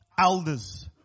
elders